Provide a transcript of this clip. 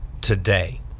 today